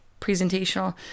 presentational